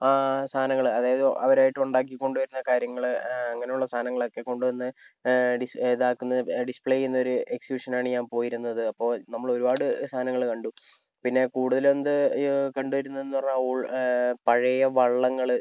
ആ സാധനങ്ങൾ അതായത് അവരായിട്ട് ഉണ്ടാക്കിക്കൊണ്ടുവരുന്ന കാര്യങ്ങൾ അങ്ങനെയുള്ള സാധനങ്ങളൊക്കെ കൊണ്ടുവന്ന് ഡിസ് ഇതാക്കുന്നത് ഡിസ്പ്ലേ ചെയ്യുന്നൊരു എക്സിബിഷനാണ് ഞാൻ പോയിരുന്നത് അപ്പോൾ നമ്മൾ ഒരുപാട് സാധനങ്ങൾ കണ്ടു പിന്നെ കൂടുതൽ വന്ന് കണ്ടുവരുന്നതെന്ന് പറഞ്ഞാൽ പഴയ വള്ളങ്ങൾ